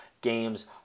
games